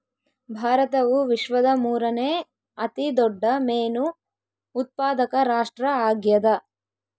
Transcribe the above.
ಭಾರತವು ವಿಶ್ವದ ಮೂರನೇ ಅತಿ ದೊಡ್ಡ ಮೇನು ಉತ್ಪಾದಕ ರಾಷ್ಟ್ರ ಆಗ್ಯದ